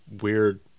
weird